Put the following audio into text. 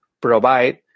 provide